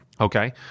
Okay